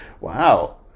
Wow